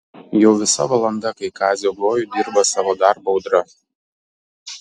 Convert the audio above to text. jau visa valanda kai kazio gojuj dirba savo darbą audra